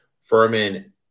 Furman